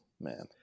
man